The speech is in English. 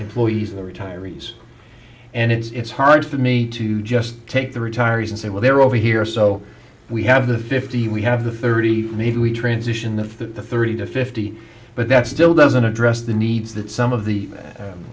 employees of the retirees and it's hard for me to just take the retirees and say well they're over here so we have the fifty we have the thirty maybe we transition the thirty to fifty but that still doesn't address the needs that some of the